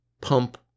pump